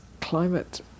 climate